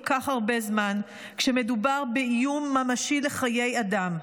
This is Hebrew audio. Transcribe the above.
כך הרבה זמן כשמדובר באיום ממשי לחיי אדם.